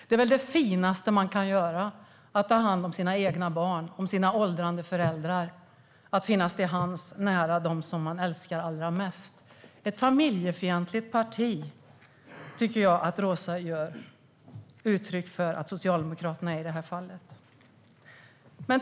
Det finaste man kan göra är väl att ta hand om sina egna barn och sina åldrande föräldrar, att finnas till hands nära dem som man älskar allra mest. Jag tycker att Roza ger uttryck för att Socialdemokraterna är ett familjefientligt parti i det här fallet.